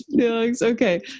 okay